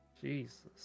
Jesus